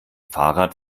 fahrrad